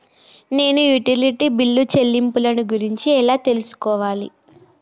నేను utility bill చెల్లింపులను గురించి ఎలా తెలుసుకోవాలి?